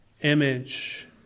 image